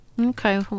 Okay